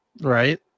right